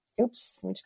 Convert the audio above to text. oops